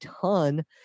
ton